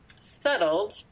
settled